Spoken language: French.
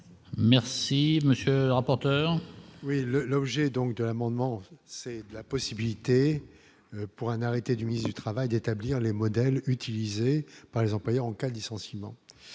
Merci monsieur rapporteur. Oui le le rejet et donc de l'amendement, c'est la possibilité pour un arrêté du ministre du Travail d'établir les modèles utilisés par les employeurs en cas licenciements